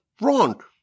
wrong